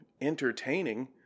entertaining